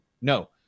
No